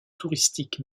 touristique